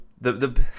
The—the